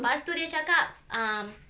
pas tu dia cakap um